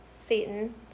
Satan